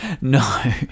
No